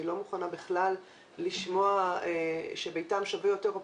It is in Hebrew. אני לא מוכנה בכלל לשמוע שביתם שווה יותר או